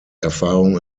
erfahrung